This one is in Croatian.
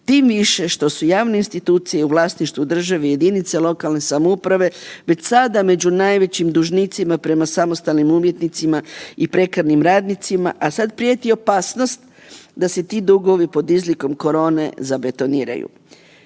Tim više što su javne institucije u vlasništvu države i jedinice lokalne samouprave već sada među najvećim dužnicima prema samostalnim umjetnicima i prekarnim radnicima, a sad prijeti opasnost da se ti dugovi pod izlikom korone zabetoniraju.